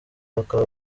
bakaba